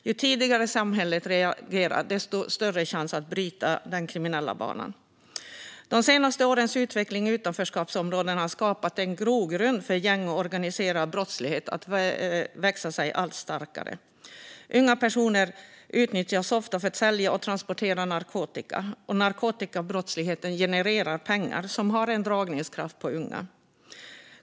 Ju tidigare samhället reagerar, desto större är chansen att bryta den kriminella banan. De senaste årens utveckling i utanförskapsområdena har skapat en grogrund för gäng och organiserad brottslighet att växa sig allt starkare. Unga personer utnyttjas ofta för att sälja och transportera narkotika, och narkotikabrottsligheten genererar pengar som har en dragningskraft på unga.